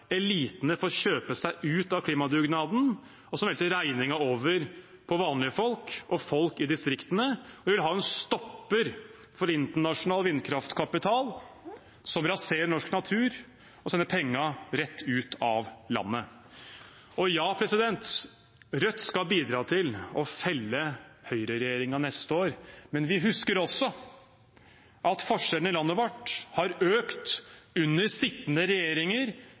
kjøpe seg ut av klimadugnaden, og som velter regningen over på vanlige folk og folk i distriktene. Vi vil ha en stopper for internasjonal vindkraftkapital som raserer norsk natur og sender pengene rett ut av landet. Ja, Rødt skal bidra til å felle høyreregjeringen neste år. Men vi husker også at forskjellene i landet vårt har økt under sittende regjeringer